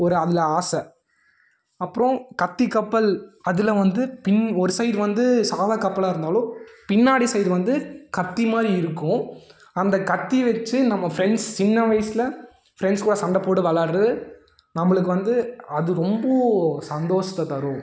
ஒரு அதில் ஆசை அப்புறம் கத்திக் கப்பல் அதில் வந்து பின் ஒரு சைடு வந்து சாதாக் கப்பலாக இருந்தாலும் பின்னாடி சைடு வந்து கத்தி மாதிரி இருக்கும் அந்த கத்தியை வச்சு நம்ம ஃப்ரெண்ட்ஸ் சின்ன வயசில் ஃப்ரெண்ட்ஸ் கூட சண்டைப்போட்டு விளையாடுறது நம்மளுக்கு வந்து அது ரொம்ப சந்தோஷத்தை தரும்